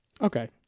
Okay